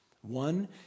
One